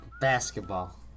Basketball